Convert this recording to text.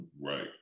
Right